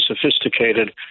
sophisticated